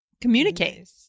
Communicate